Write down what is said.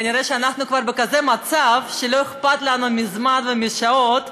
כנראה אנחנו כבר בכזה מצב שלא אכפת לנו מזמן ומשעות.